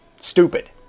stupid